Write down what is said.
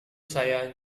saya